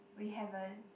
we haven't